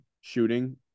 shooting